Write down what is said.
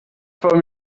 from